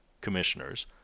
commissioners